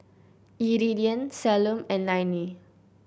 Iridian Salome and Lainey